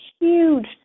huge